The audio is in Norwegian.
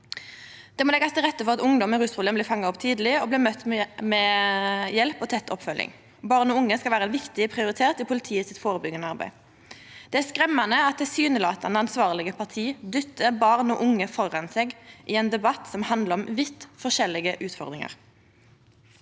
Det må leggjast til rette for at ungdom med rusproblem vert fanga opp tidleg og vert møtt med hjelp og tett oppfølging. Barn og unge skal vera ein viktig prioritet i politiets førebyggjande arbeid. Det er skremmande at tilsynelatande ansvarlege parti dyttar barn og unge føre seg i ein debatt som handlar om vidt forskjellige utfordringar.